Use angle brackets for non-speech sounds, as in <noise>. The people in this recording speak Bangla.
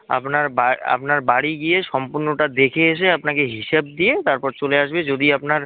আপনার <unintelligible> আপনার বাড়ি গিয়ে সম্পূর্ণটা দেখে এসে আপনাকে হিসেব দিয়ে তারপর চলে আসবে যদি আপনার